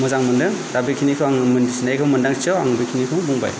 मोजां मोनदों दा बेखिनिखौ आंङो मिन्थिनायखौ मोनदांस' आं बेखिनिखौ आं बुंबाय